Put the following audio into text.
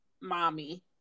mommy